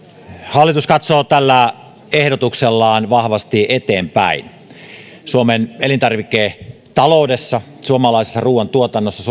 hallitus katsoo tällä ehdotuksellaan vahvasti eteenpäin suomen elintarviketaloudessa suomalaisessa ruoantuotannossa